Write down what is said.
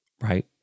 right